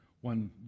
one